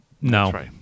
No